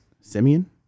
Simeon